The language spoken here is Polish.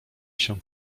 się